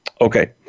Okay